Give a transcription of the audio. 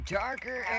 darker